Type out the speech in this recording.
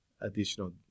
additional